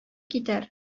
китәр